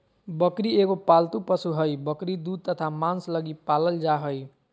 बकरी एगो पालतू पशु हइ, बकरी दूध तथा मांस लगी पालल जा हइ